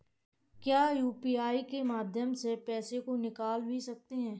क्या यू.पी.आई के माध्यम से पैसे को निकाल भी सकते हैं?